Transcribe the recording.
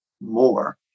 more